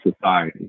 society